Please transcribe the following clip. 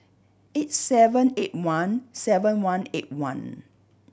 eight seven eight one seven one eight one